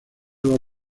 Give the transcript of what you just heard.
los